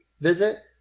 visit